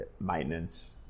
maintenance